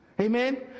amen